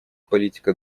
политика